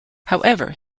however